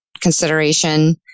consideration